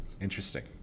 interesting